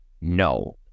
No